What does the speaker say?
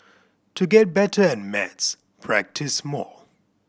to get better at maths practise more